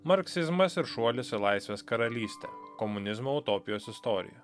marksizmas ir šuolis į laisvės karalystę komunizmo utopijos istorija